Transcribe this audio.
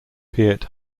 piet